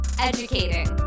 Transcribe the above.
Educating